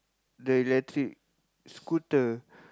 the electric scooter